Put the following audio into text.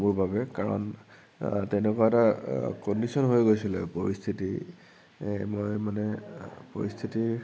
মোৰ বাবে কাৰণ তেনেকুৱা এটা কণ্ডিচন হৈ গৈছিলে পৰিস্থিতি মই মানে পৰিস্থিতি